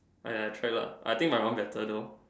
!aiya! try lah I think my one better though